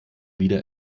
wieder